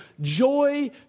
Joy